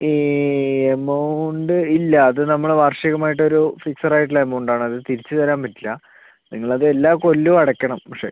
ഈ എമൗണ്ട് ഇല്ല അത് നമ്മള് വാർഷികമായിട്ട് ഒരു ഫിക്സഡ് ആയിട്ട് ഉള്ള എമൗണ്ട് ആണ് അത് തിരിച്ച് തരാൻ പറ്റില്ല നിങ്ങൾ അത് എല്ലാ കൊല്ലവും അടയ്ക്കണം പക്ഷെ